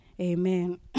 Amen